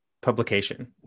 publication